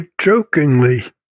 jokingly